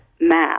map